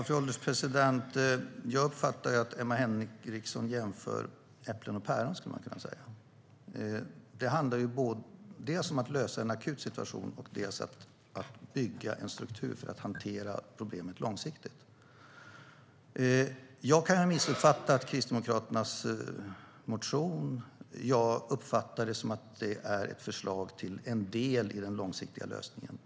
Fru ålderspresident! Jag uppfattar att Emma Henriksson jämför äpplen och päron. Det handlar om att dels lösa en akut situation, dels bygga en struktur för att hantera problemet långsiktigt. Jag kan ha missuppfattat Kristdemokraternas motion. Jag uppfattar att det är ett förslag till en del av den långsiktiga lösningen.